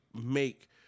make